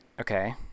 Okay